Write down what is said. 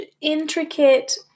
intricate